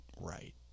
right